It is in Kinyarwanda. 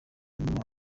n’umwe